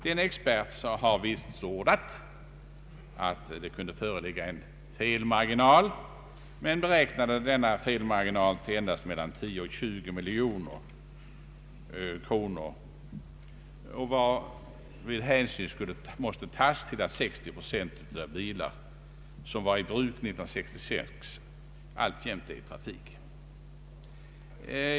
Denne expert har vitsordat att det kunde föreligga en felmarginal, men beräknade denna till endast mellan 10 miljoner och 20 miljoner kronor, varvid hänsyn måste tas till att cirka 60 procent av de bilar som var i bruk år 1966 alltjämt är i trafik.